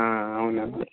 అవునండి